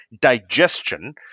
digestion